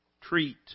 treat